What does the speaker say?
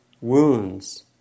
wounds